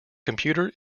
computer